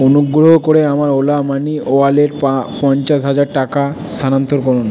অনুগ্রহ করে আমার ওলা মানি ওয়ালেট পঞ্চাশ হাজার টাকা স্থানান্তর করুন